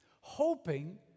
hoping